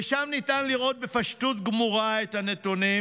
ושם ניתן לראות בפשטות גמורה את הנתונים.